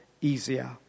easier